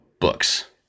books